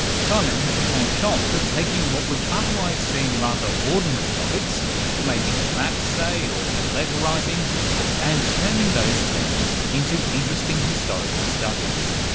simon has a penchant um for taking what would otherwise seem rather ordinary topics the making of maps, say, or letter writing and turning those themes into interesting historical studies.